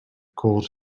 cold